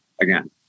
again